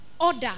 order